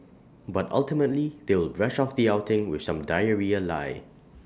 but ultimately they'll brush off the outing with some diarrhoea lie